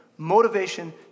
motivation